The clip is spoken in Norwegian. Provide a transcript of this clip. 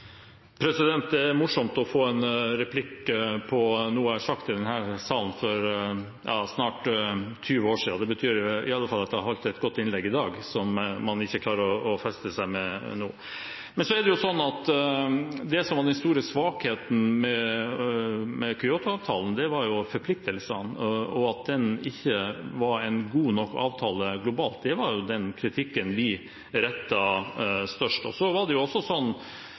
Det er morsomt å få en replikk om noe jeg har sagt i denne salen for snart 20 år siden. Det betyr i alle fall at jeg har holdt et godt innlegg i dag når man ikke klarer å feste seg ved noe. Det som var den store svakheten med Kyoto-avtalen, var forpliktelsene og at det ikke var en god nok avtale globalt. Det var den største kritikken vi reiste. Og så var det